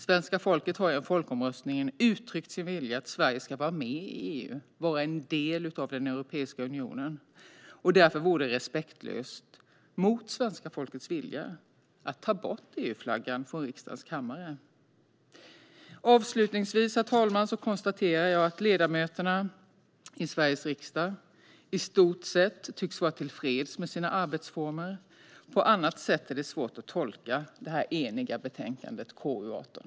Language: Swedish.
Svenska folket har i en folkomröstning uttryckt sin vilja att Sverige ska vara med i EU, vara en del av Europeiska unionen, och därför vore det respektlöst mot svenska folkets vilja att ta bort EU-flaggan från riksdagens kammare. Avslutningsvis, herr talman, konstaterar jag att ledamöterna i Sveriges riksdag i stort sett tycks vara till freds med sina arbetsformer. På annat sätt är det svårt att tolka detta eniga betänkande, KU18.